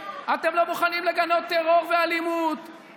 אתם לא מוכנים לגנות טרור ואלימות,